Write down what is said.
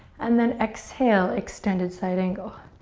and then exhale, extended side angle.